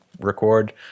record